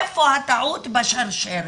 איפה הטעות בשרשרת?